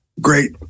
great